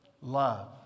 Love